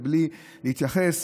ובלי להתייחס.